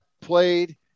played